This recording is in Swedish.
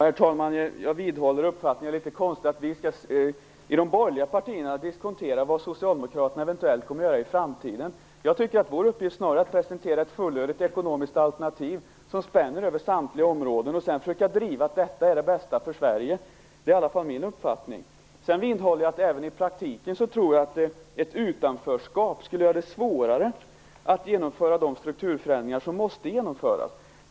Herr talman! Jag vidhåller uppfattningen att det är litet konstigt att vi i de borgerliga partierna skall diskontera vad Socialdemokraterna eventuellt kommer att göra i framtiden. Jag tycker att vår uppgift snarast är att presentera ett fullödigt ekonomiskt alternativ som spänner över samtliga områden och att sedan försöka driva det som är det bästa för Sverige. Det är i alla fall min uppfattning. Vidare vidhåller jag att jag tror att ett utanförskap även i praktiken skulle göra det svårare att genomföra de strukturförändringar som måste genomföras.